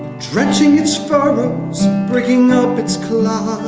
drenching its furrows, breaking up its clods,